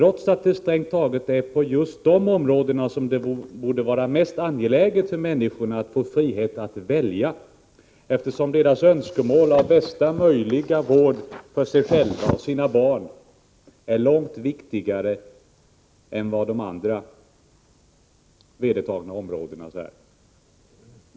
Men det är ju strängt taget på just de områdena som det borde vara mest angeläget att få frihet att välja, eftersom människornas önskemål om bästa möjliga vård för sig själva och sina barn är långt viktigare än vad de andra, vedertagna områdena är.